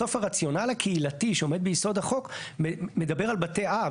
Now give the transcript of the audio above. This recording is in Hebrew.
בסוף הרציונל הקהילתי שעומד ביסוד החוק מדבר על בתי אב.